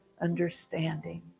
understanding